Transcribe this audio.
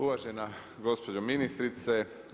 Uvažena gospođo ministrice.